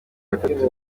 batatu